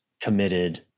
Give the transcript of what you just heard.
committed